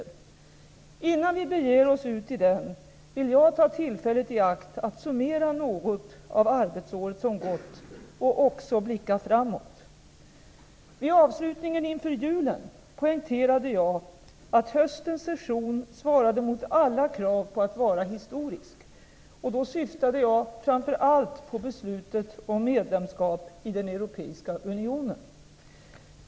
Innan vi beger oss ut i den, vill jag ta tillfället i akt att summera något av arbetsåret som gått och också blicka framåt. Vid avslutningen inför julen poängterade jag att höstens session svarade mot alla krav på att vara historisk, och då syftade jag framför allt på beslutet om medlemskap i den europeiska unionen.